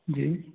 जी